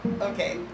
Okay